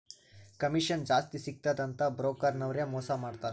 commission ಜಾಸ್ತಿ ಸಿಗ್ತುದ ಅಂತ್ ಬ್ರೋಕರ್ ನವ್ರೆ ಮೋಸಾ ಮಾಡ್ತಾರ್